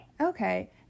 Okay